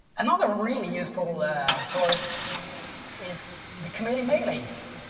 another really useful source is the committee mailings.